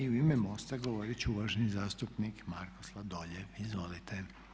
U ime MOST-a govorit će uvaženi zastupnik Marko Sladoljev, izvolite.